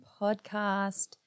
podcast